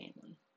family